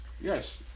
Yes